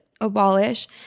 abolish